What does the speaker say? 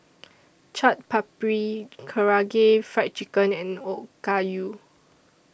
Chaat Papri Karaage Fried Chicken and Okayu